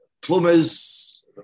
plumbers